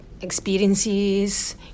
experiences